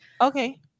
Okay